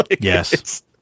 Yes